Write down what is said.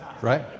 right